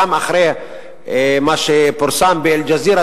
גם אחרי מה שפורסם ב"אל-ג'זירה",